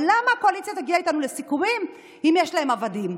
אבל למה הקואליציה תגיע איתנו לסיכומים אם יש להם עבדים?